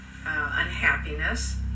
unhappiness